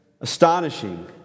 astonishing